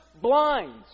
blinds